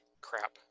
crap